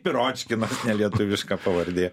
piročkinas nelietuviška pavardė